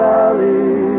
Valley